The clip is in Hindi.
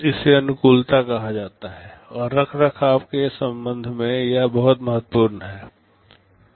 इसे अनुकूलता कहा जाता है और रखरखाव के संबंध में यह बहुत महत्वपूर्ण है